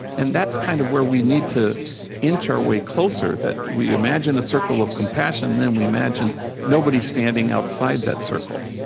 and that's kind of where we need to inch our way closer that we imagine a circle of compassion, then we imagine nobody standing outside that circle.